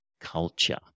culture